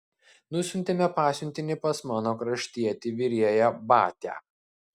nusiuntėme pasiuntinį pas mano kraštietį virėją batią